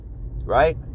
right